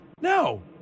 No